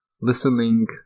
listening